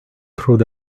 through